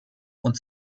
und